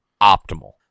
Optimal